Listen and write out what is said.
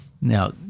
Now